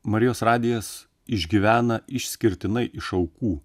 marijos radijas išgyvena išskirtinai iš aukų